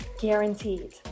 Guaranteed